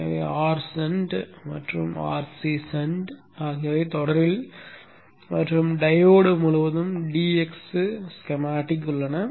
எனவே R shunt மற்றும் RC shunt ஆகியவை தொடரில் மற்றும் டையோடு முழுவதும் dx ஸ்கெமாட்டிக் உள்ளன